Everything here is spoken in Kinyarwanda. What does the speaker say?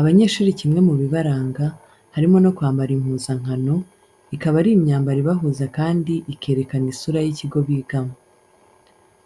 Abanyeshuri kimwe mu bibaranga, harimo no kwambara impuzankano, ikaba ari imyambaro ibahuza kandi ikerekana isura y'ikigo bigamo.